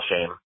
shame